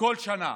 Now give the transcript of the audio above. כל שנה.